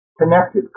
connected